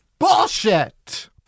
Bullshit